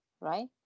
right